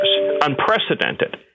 Unprecedented